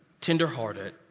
tenderhearted